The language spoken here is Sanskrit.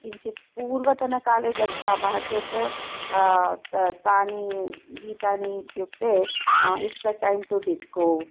किञ्चित् पूर्वतनकाले गच्छामः चेत् तानि गीतानि इत्युक्ते is the time to disco